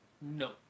No